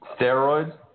steroids